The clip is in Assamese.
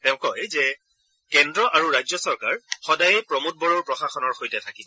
তেওঁ কয় যে কেন্দ্ৰ আৰু ৰাজ্যচৰকাৰ সদাই প্ৰমোদ বড়োৰ প্ৰশাসনৰ সৈতে থাকিব